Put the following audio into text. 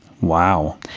wow